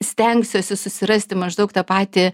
stengsiuosi susirasti maždaug tą patį